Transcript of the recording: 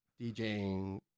DJing